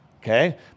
Okay